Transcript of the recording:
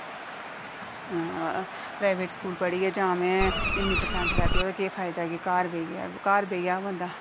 private school पढ़ियै जां में इन्नी परसैंट लैती पढ़ियै ओह्दा केह् फायदा की में घर बेहियै बंदा